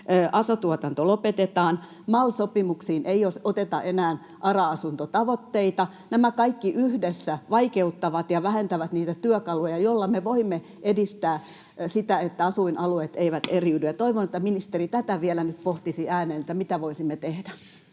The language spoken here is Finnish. aso-tuotanto lopetetaan, MAL-sopimuksiin ei oteta enää ARA-asuntotavoitteita. Nämä kaikki yhdessä vaikeuttavat ja vähentävät niitä työkaluja, joilla me voimme edistää sitä, että asuinalueet eivät eriydy. Toivon, että ministeri vielä nyt pohtisi ääneen tätä, mitä voisimme tehdä.